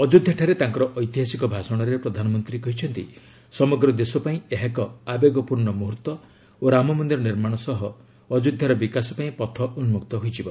ଅଯୋଧ୍ୟାଠାରେ ତାଙ୍କର ଐତିହାସିକ ଭାଷଣରେ ପ୍ରଧାନମନ୍ତ୍ରୀ କହିଛନ୍ତି ସମଗ୍ର ଦେଶପାଇଁ ଏହା ଏକ ଆବେଗପୂର୍ଣ୍ଣ ମୁହର୍ତ୍ତ ଓ ରାମ ମନ୍ଦିର ନିର୍ମାଣ ସହ ଅଯୋଧ୍ୟାର ବିକାଶ ପାଇଁ ପଥ ଉନ୍କକ୍ତ ହୋଇଯିବ